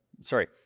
Sorry